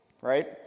Right